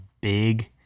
big